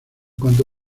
cuanto